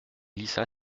glissa